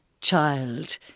child